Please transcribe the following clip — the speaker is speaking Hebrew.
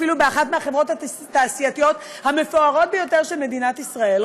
אחת החברות התעשייתיות המפוארות ביותר במדינת ישראל,